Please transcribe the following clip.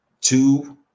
Two